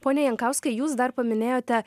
pone jankauskai jūs dar paminėjote